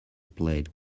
played